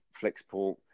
Flexport